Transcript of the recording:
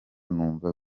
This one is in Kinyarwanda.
numva